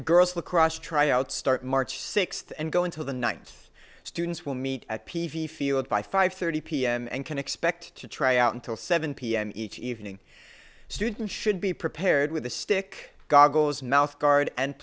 girls lacrosse tryouts start march sixth and go into the night students will meet at p v field by five thirty p m and can expect to try out until seven p m each evening student should be prepared with the stick goggles mouthguard and